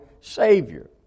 Savior